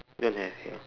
don't have ya